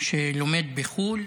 שלומד בחו"ל,